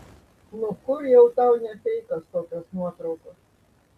nu kur jau tau ne feikas tokios nuotraukos